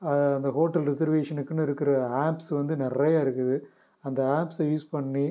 அந்த ஹோட்டல் ரிசர்வேஷனுக்குனு இருக்கிற ஆப்ஸ் வந்து நிறைய இருக்குது அந்த ஆப்ஸை யூஸ் பண்ணி